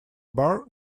bar